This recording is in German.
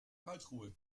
karlsruhe